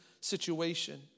situation